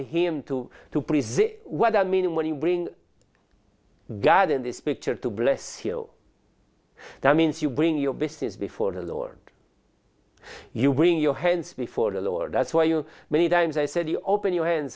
allow him to to please a what i mean when you bring god in this picture to bless he'll that means you bring your business before the lord you bring your hands before the lord that's why you many times i said you open your hands